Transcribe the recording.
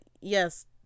yes